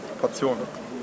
Portionen